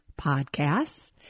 podcasts